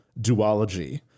duology